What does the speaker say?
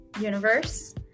universe